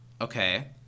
Okay